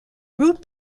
root